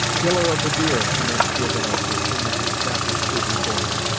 killer of the deer, commenced rivenoak, as soon as his captive stood before him,